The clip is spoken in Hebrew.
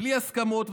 בלי הסכמות,